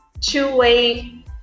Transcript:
two-way